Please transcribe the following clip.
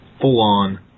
full-on